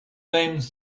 names